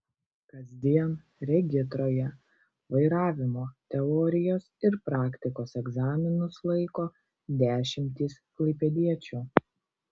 kasdien regitroje vairavimo teorijos ir praktikos egzaminus laiko dešimtys klaipėdiečių